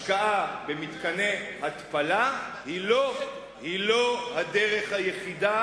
השקעה במתקני התפלה היא לא הדרך היחידה